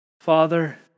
Father